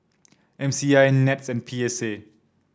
M C I NETS and P S A